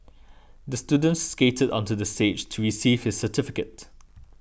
the student skated onto the stage to receive his certificate